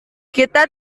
kita